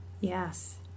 Yes